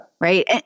Right